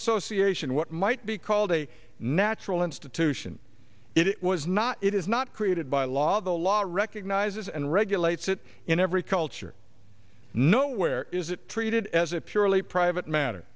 association what might be called a natural institution it was not it is not created by law the law recognizes and regulates it in every culture nowhere is it treated as a purely private matter